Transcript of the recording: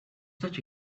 such